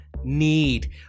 need